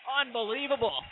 Unbelievable